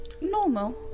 normal